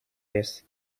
this